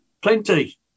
plenty